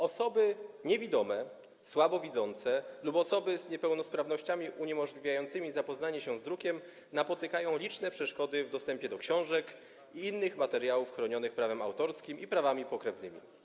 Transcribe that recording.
Osoby niewidome, słabowidzące lub osoby z niepełnosprawnościami uniemożliwiającymi zapoznawanie się z drukiem napotykają liczne przeszkody w dostępie do książek i innych materiałów chronionych prawem autorskim i prawami pokrewnymi.